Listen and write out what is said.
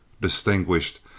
distinguished